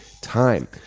time